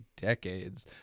decades